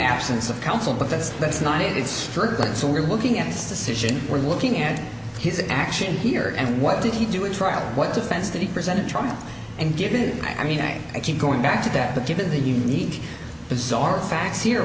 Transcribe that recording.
absence of counsel but that's that's not it is struggling so we're looking at this decision we're looking at his action here and what did he do a trial what defense to be presented trauma and given i mean i keep going back to that but given the unique bizarre facts here